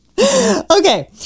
Okay